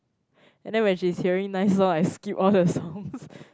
and then when she's hearing nice songs I skip all the songs